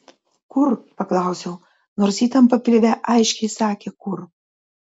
kur paklausiau nors įtampa pilve aiškiai sakė kur